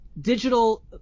digital